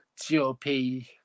GOP